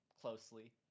closely